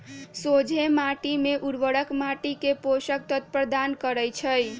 सोझें माटी में उर्वरक माटी के पोषक तत्व प्रदान करै छइ